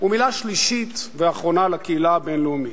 ומלה שלישית ואחרונה לקהילה הבין-לאומית.